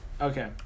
Okay